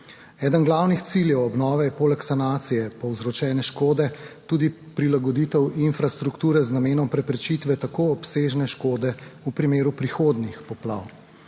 Eden glavnih ciljev obnove je poleg sanacije povzročene škode tudi prilagoditev infrastrukture z namenom preprečitve tako obsežne škode v primeru prihodnjih poplav.